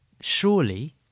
surely